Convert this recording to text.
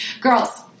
Girls